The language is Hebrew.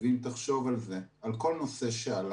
ואם תחשוב על זה, על כל נושא שעלה